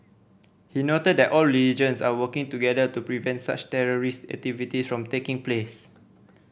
he noted that all religions are working together to prevent such terrorist activities from taking place